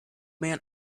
man